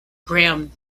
gram